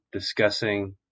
Discussing